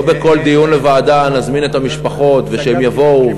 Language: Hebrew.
לא לכל דיון בוועדה נזמין את המשפחות לבוא.